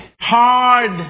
Hard